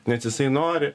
nes jisai nori